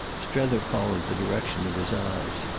strether followed the direction of his eyes.